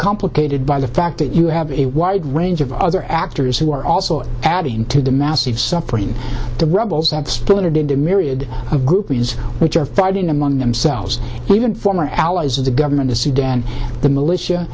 complicated by the fact that you have a wide range of other actors who are also adding to the massive suffering the rebels have split into a myriad of reasons which are fighting among themselves even former allies of the government of sudan the militia